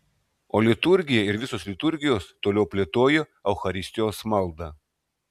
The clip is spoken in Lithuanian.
o liturgija ir visos liturgijos toliau plėtojo eucharistijos maldą